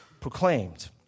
proclaimed